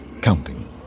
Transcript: counting